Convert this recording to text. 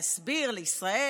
להסביר לישראל,